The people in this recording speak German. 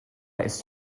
ist